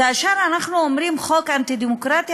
כאשר אנחנו אומרים חוק אנטי-דמוקרטי,